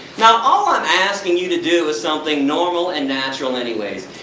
now, all i'm asking you to do is something normal and natural anyways.